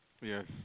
Yes